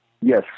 Yes